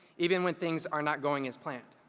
even when things are not going as planned.